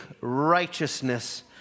righteousness